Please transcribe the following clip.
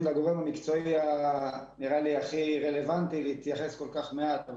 לגורם המקצועי הכי רלוונטי להתייחס כל כך מעט.